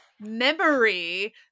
memory